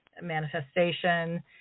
manifestation